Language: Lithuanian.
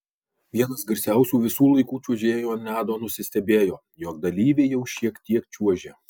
vienas garsiausių visų laikų čiuožėjų ant ledo nusistebėjo jog dalyviai jau šiek tiek čiuožia